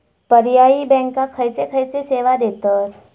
पर्यायी बँका खयचे खयचे सेवा देतत?